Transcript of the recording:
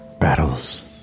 battles